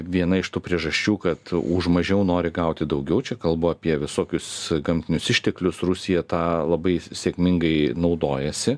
viena iš to priežasčių kad už mažiau nori gauti daugiau čia kalbu apie visokius gamtinius išteklius rusija tą labai sėkmingai naudojasi